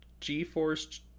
GeForce